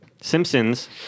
Simpsons